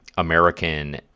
American